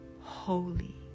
holy